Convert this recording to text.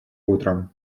утром